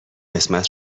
قسمت